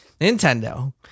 Nintendo